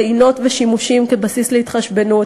טעינות ושימושים כבסיס להתחשבנות,